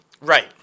Right